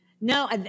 No